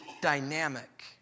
dynamic